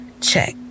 Check